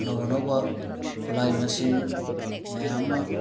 ꯑꯅꯧ ꯑꯅꯧꯕ ꯈꯨꯠꯂꯥꯏ ꯃꯁꯤꯡ ꯃꯌꯥ ꯑꯃ